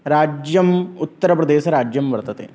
राज्यम् उत्तरप्रदेशराज्यं वर्तते